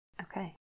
Okay